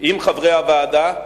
עם חברי הוועדה,